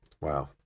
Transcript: Wow